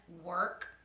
work